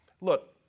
Look